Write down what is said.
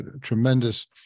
tremendous